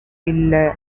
இல்ல